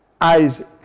isaac